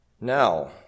Now